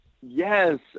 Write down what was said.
Yes